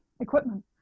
equipment